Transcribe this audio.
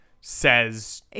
says